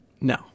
no